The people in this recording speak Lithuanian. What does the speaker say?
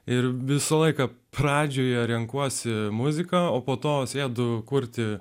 ir visą laiką pradžioje renkuosi muziką o po to sėdu kurti